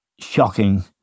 Shocking